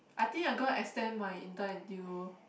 I think I'm going to extend my intern until